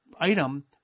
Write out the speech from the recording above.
item